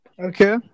Okay